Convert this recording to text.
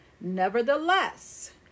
nevertheless